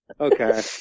Okay